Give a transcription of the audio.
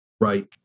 Right